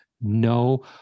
no